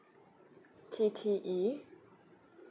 T T E